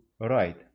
Right